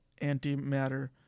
antimatter